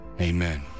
amen